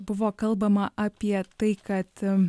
buvo kalbama apie tai kad